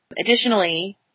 Additionally